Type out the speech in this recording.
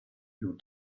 your